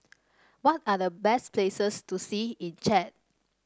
what are the best places to see in Chad